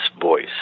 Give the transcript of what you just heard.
voice